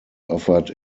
offered